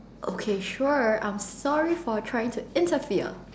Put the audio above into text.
okay sure I'm sorry for trying to interfere